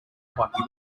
hockey